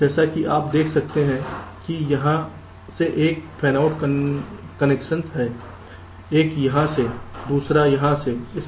तो जैसा कि आप देख सकते हैं कि यहां से एक फैनआउट कनेक्शन है एक यहां से और दूसरा यहां से